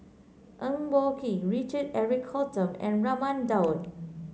Eng Boh Kee Richard Eric Holttum and Raman Daud